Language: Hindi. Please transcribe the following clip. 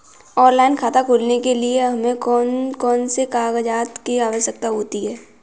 ऑनलाइन खाता खोलने के लिए हमें कौन कौन से कागजात की आवश्यकता होती है?